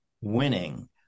winning